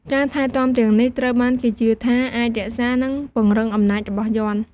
ការថែទាំទាំងនេះ ត្រូវបានគេជឿថាអាចរក្សា និងពង្រឹងអំណាចរបស់យ័ន្ត។